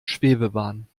schwebebahn